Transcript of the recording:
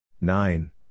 Nine